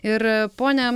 ir pone